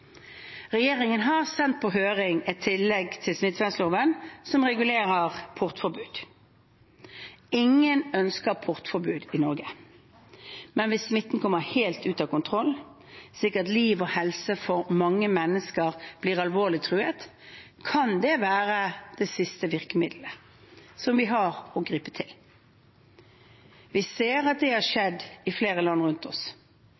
Regjeringen har sendt på høring et tillegg til smittevernloven som regulerer portforbud. Ingen ønsker portforbud i Norge, men hvis smitten kommer helt ut av kontroll, slik at liv og helse for mange mennesker blir alvorlig truet, kan det være det siste virkemiddelet vi har å gripe til. Vi ser at det har skjedd i flere land rundt oss.